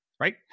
Right